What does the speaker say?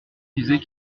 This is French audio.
disait